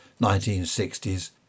1960s